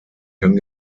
kann